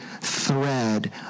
thread